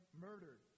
murdered